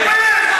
תתבייש לך.